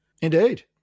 Indeed